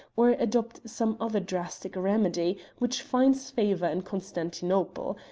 or adopt some other drastic remedy which finds favour in constantinople.